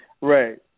Right